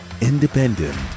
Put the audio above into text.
Independent